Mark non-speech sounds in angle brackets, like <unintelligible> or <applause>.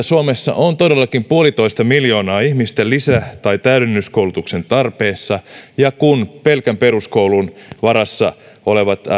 <unintelligible> suomessa on todellakin yksi pilkku viisi miljoonaa ihmistä lisä tai täydennyskoulutuksen tarpeessa ja kun pelkän peruskoulun varassa olevien